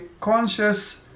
conscious